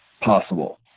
possible